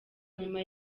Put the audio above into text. nyuma